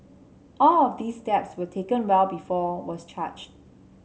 all of these steps were taken well before was charged